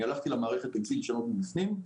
הלכתי למערכת וניסיתי לשנות מבפנים.